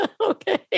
Okay